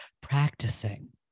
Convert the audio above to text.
practicing